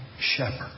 shepherd